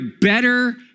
better